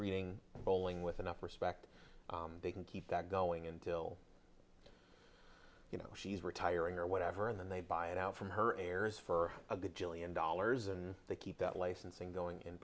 treating bowling with enough respect they can keep that going until you know she's retiring or whatever and then they buy it out from her heirs for the julian dollars and they keep that licensing going in